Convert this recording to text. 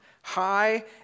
high